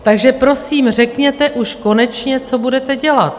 Takže prosím, řekněte už konečně, co budete dělat.